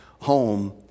home